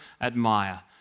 admire